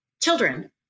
Children